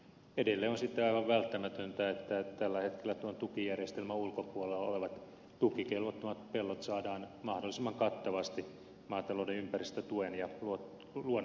edelleen on sitten aivan välttämätöntä että tällä hetkellä tukijärjestelmän ulkopuolella olevat tukikelvottomat pellot saadaan mahdollisimman kattavasti maatalouden ympäristötuen ja luonnonhaittakorvauksen piiriin